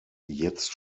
jetzt